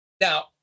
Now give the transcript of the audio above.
Now